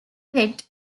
pet